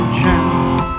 chance